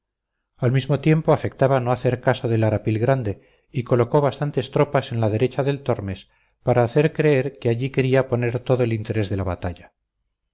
al mismo tiempo afectaba no hacer caso del arapil grande y colocó bastantes tropas en la derecha del tormes para hacer creer que allí quería poner todo el interés de la batalla